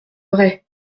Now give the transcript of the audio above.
vrai